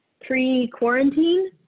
pre-quarantine